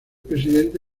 presidente